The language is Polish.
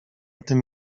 tym